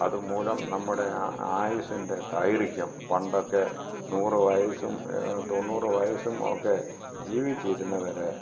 അതുമൂലം നമ്മുടെ ആയുസ്സിൻ്റെ ദൈർഘ്യം പണ്ടൊക്കെ നൂറ് വയസ്സും തൊണ്ണൂറ് വയസ്സും ഒക്കെ ജീവിച്ചിരുന്നവര്